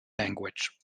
language